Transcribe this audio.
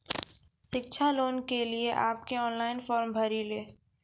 शिक्षा लोन के लिए आप के ऑनलाइन फॉर्म भरी ले?